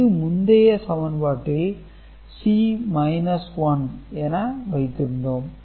இது முந்தைய சமன்பாட்டில் C 1 என வைத்திருந்தோம்